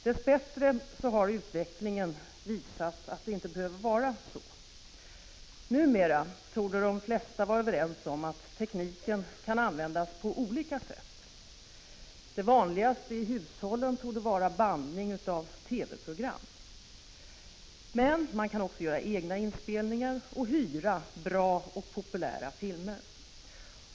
Dess bättre har utvecklingen visat att det inte behöver vara så. Numera torde de flesta vara överens om att tekniken kan användas på olika sätt. Det vanligast i hushållen torde vara bandning av TV-program. Men man kan också göra egna inspelningar och hyra bra och populära filmer.